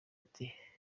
ati